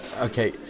Okay